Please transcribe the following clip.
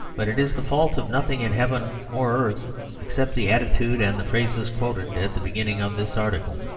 but it is the fault of nothing in heaven or earth except the attitude and the phrases quoted at the beginning of this article.